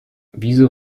wieso